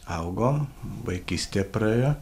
augom vaikystė praėjo